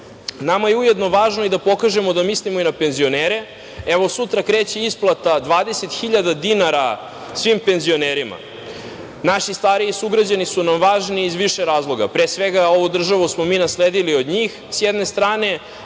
je ujedno važno i da pokažemo da mislimo i na penzionere. Evo, sutra kreće isplata 20 hiljada dinara svim penzionerima. Naši stariji sugrađani su nam važni iz više razloga, pre svega, ovu državu smo mi nasledili od njih, s jedne strane,